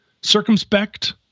circumspect